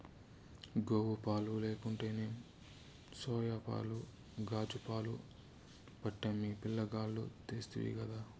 గోవుపాలు లేకుంటేనేం సోయాపాలు కాజూపాలు పట్టమ్మి పిలగాల్లకు తెస్తినిగదా